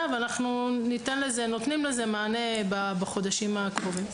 ואנחנו ניתן לזה ונותנים לזה מענה בחודשים הקרובים.